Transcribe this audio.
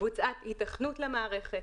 בוצעה היתכנות למערכת,